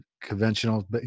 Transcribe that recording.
conventional